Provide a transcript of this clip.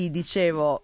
dicevo